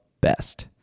best